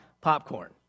popcorn